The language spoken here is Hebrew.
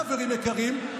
חברים יקרים,